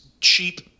cheap